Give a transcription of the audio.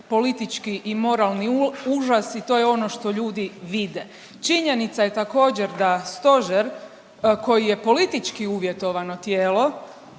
politički i moralni užas i to je ono što ljudi vide. Činjenica je također, da stožer koji je politički uvjetovano tijelo